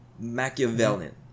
Machiavellian